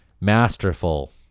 masterful